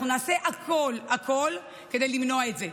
אנחנו נעשה הכול, הכול, כדי למנוע את זה.